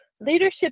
Leadership